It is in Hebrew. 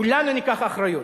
שכולנו ניקח אחריות.